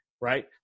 right